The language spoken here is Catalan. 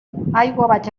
vaig